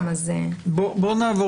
לא.